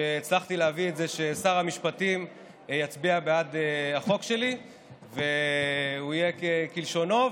והצלחתי להביא לזה ששר המשפטים יצביע בעד החוק שלי והוא יהיה כלשונו.